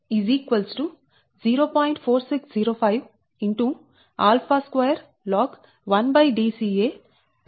తరువాత Lc λc Ic 0